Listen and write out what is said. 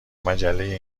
مجله